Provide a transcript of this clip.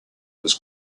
was